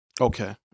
Okay